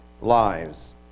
lives